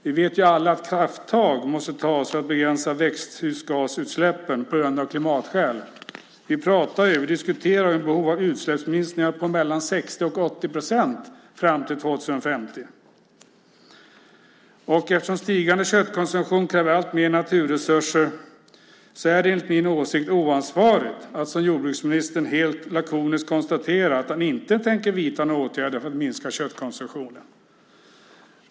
Vi vet alla att krafttag måste tas för att begränsa växthusgasutsläppen av klimatskäl. Vi talar om ett behov av utsläppsminskningar på 60-80 procent fram till år 2050. Eftersom stigande köttkonsumtion kräver alltmer naturresurser är det enligt min åsikt oansvarigt att, som jordbruksministern gör, helt lakoniskt konstatera att han inte tänker vidta några åtgärder för att minska köttkonsumtionen.